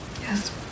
Yes